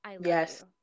Yes